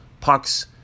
pucks